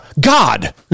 God